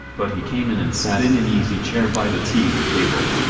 but he came in and sat in an easy chair by the tea table.